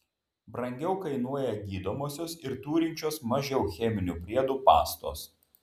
brangiau kainuoja gydomosios ir turinčios mažiau cheminių priedų pastos